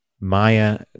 Maya